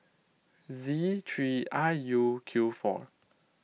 Z three I U Q four